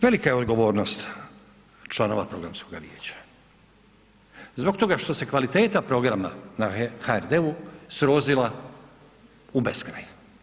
Velika je odgovornost članova Programskoga vijeća, zbog toga što se kvaliteta programa na HRT-u srozala u beskraj.